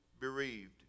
bereaved